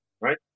right